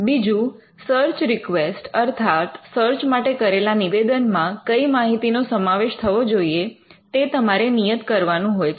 બીજું search request હાથ search માટે કરેલા નિવેદનમાં કઈ માહિતીનો સમાવેશ થવો જોઈએ તે મારે નિયત કરવાનું હોય છે